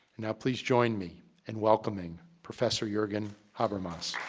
now, please join me in welcoming professor jurgen habermas.